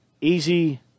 easy